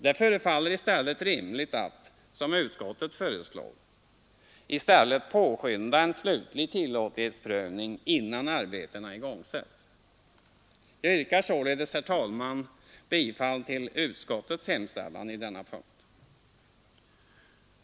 Det förefaller rimligare att — som utskottet föreslår — i stället påskynda en slutlig tillåtlighetsprövning innan arbetena igångsättes. Jag yrkar således, herr talman, bifall till utskottets hemställan i denna punkt.